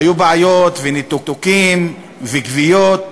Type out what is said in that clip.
היו בעיות וניתוקים וגביות,